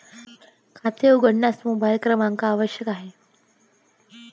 खाते उघडण्यासाठी मोबाइल क्रमांक आवश्यक आहे